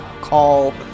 call